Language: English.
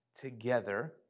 together